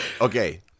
Okay